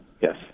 yes